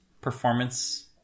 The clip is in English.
performance